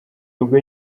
ubwo